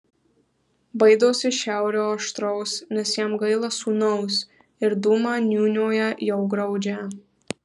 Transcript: baidosi šiaurio aštraus nes jam gaila sūnaus ir dūmą niūniuoja jau griaudžią